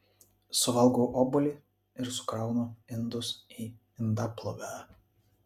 suvalgau obuolį ir sukraunu indus į indaplovę